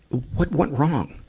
what went wrong?